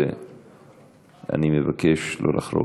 ואני מבקש לא לחרוג.